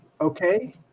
Okay